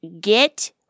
get